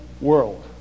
world